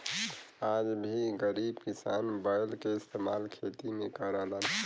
आज भी गरीब किसान बैल के इस्तेमाल खेती में करलन